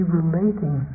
relating